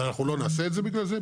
אז לא נעשה את זה בגלל זה?